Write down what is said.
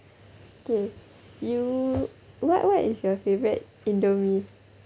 okay you what what is your favourite indomie